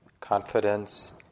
confidence